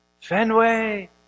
Fenway